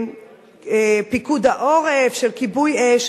של פיקוד העורף, של כיבוי אש,